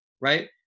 right